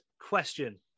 question